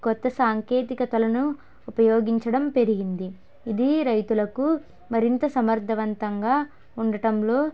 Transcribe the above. కొత్త సాంకేతికతలను ఉపయోగించడం పెరిగింది ఇది రైతులకు మరింత సమర్థవంతంగా ఉండటంలో